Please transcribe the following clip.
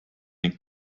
ning